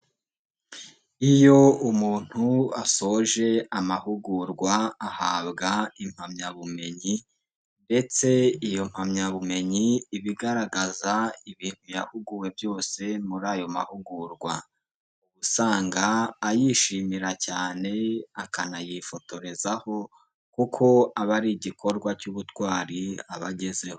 Iyo umuntu asoje amahugurwa ahabwa impamyabumenyi ndetse iyo mpamyabumenyi iba igaragaza ibintu yahuguwe byose muri ayo mahugurwa, usanga ayishimira cyane akanayifotorezaho kuko aba ari igikorwa cy'ubutwari aba agezeho.